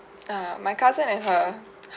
err my cousin and her